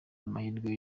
amahirwe